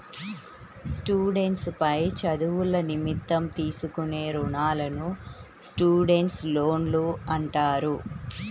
students పై చదువుల నిమిత్తం తీసుకునే రుణాలను స్టూడెంట్స్ లోన్లు అంటారు